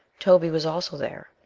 toby was also there,